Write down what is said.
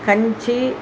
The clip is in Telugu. కంచి